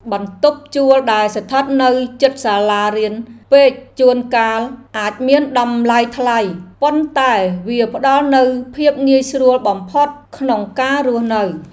បន្ទប់ជួលដែលស្ថិតនៅជិតសាលារៀនពេកជួនកាលអាចមានតម្លៃថ្លៃ ប៉ុន្តែវាផ្តល់នូវភាពងាយស្រួលបំផុតក្នុងការរស់នៅ។